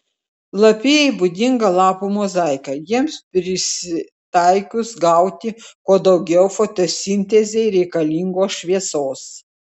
lapijai būdinga lapų mozaika jiems prisitaikius gauti kuo daugiau fotosintezei reikalingos šviesos